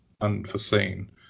unforeseen